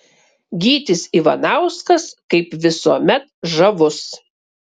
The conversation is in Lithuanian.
gytis ivanauskas kaip visuomet žavus